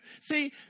See